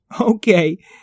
Okay